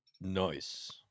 Nice